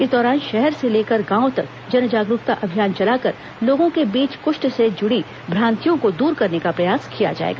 इस दौरान शहर से लेकर गांव तक जनजागरूकता अभियान चलाकर लोगों के बीच कृष्ठ से जुड़ी भ्रांतियों को दूर करने का प्रयास किया जाएगा